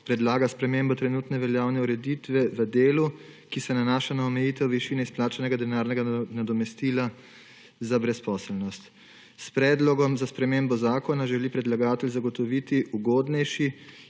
predlaga spremembo trenutno veljavne ureditve v delu, ki se nanaša na omejitev višine izplačanega denarnega nadomestila za brezposelnost. S predlogom za spremembo zakona želi predlagatelj zagotoviti ugodnejši